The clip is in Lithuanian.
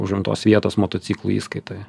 užimtos vietos motociklų įskaitoje